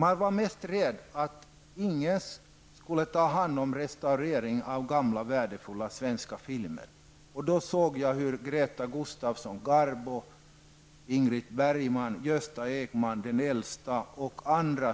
Man var mest rädd för att ingen skulle ta hand om restaureringen av gamla värdefulla svenska filmer, och då såg jag hur Greta Gustafsson/Garbo,